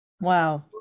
Wow